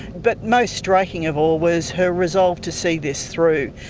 but most striking of all was her resolve to see this through.